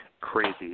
Crazy